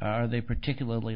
are they particularly